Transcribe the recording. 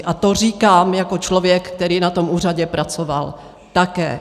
A to říkám jako člověk, který na tom úřadě pracoval také.